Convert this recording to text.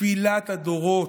תפילת הדורות.